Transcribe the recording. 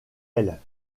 elle